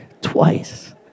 twice